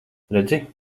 redzi